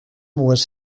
was